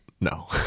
no